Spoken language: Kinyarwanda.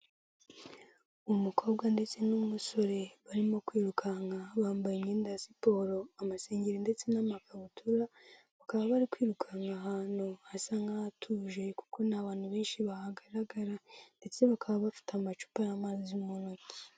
Umukobwa ndetse n'umusore barimo kwirukanka bambaye imyenda ya siporo amasengero ndetse n'amakabutura, bakaba bari kwirukanka ahantu hasa n'ahatuje kuko nta bantu benshi bahagaragara ndetse bakaba bafite amacupa y'amazi mu ntoki.